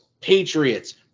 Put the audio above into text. Patriots